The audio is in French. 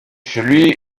celui